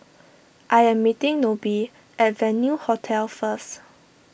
I am meeting Nobie at Venue Hotel first